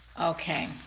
okay